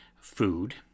food